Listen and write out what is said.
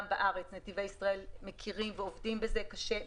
גם בארץ נתיבי ישראל מכירים ועובדים על זה קשה.